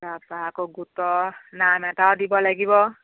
তাপা আকৌ গোটৰ নাম এটাও দিব লাগিব